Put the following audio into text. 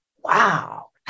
wow